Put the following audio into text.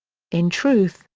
in truth,